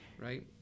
right